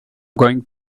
going